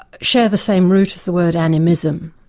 share the same root as the word animism,